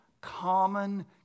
common